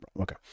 Okay